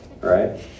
Right